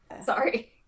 Sorry